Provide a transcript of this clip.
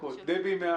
דבי גילד חיו,